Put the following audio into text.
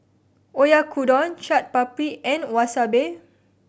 Oyakodon Chaat Papri and Wasabi